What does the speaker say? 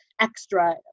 extra